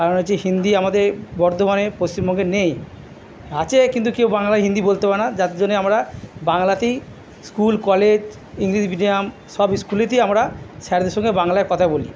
কারণ হচ্ছে হিন্দি আমাদের বর্তমানে পশ্চিমবঙ্গে নেই আছে কিন্তু কেউ বাংলায় হিন্দি বলতে পারে না যার জন্যে আমরা বাংলাতেই স্কুল কলেজ ইংলিশ মিডিয়াম সব স্কুলেতেই আমরা স্যারেদের সঙ্গে বাংলায় কথা বলি